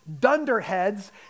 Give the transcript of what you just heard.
dunderheads